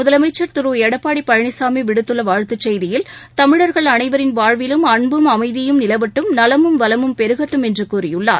முதலமைச்சர் திருஎடப்பாடிபழனிசாமிவிடுத்துள்ளவாழ்த்துச் செய்தியில் தமிழா்கள் அனைவரின் வாழ்விலும் அன்பும் அமைதியும் நிலவட்டும் நலமும் வளமும் பெருகட்டும் என்றுகூறியுள்ளார்